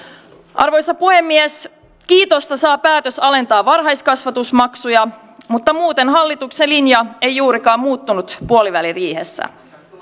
arvoisa puhemies kiitosta saa päätös alentaa varhaiskasvatusmaksuja mutta muuten hallituksen linja ei juurikaan muuttunut puoliväliriihessä